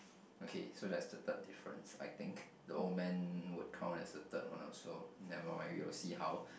okay so that's the third difference I think the old man would count as a third one also never mind we will see how